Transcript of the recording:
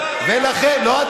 דווקא אנחנו בעד.